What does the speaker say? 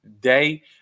day